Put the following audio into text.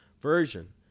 version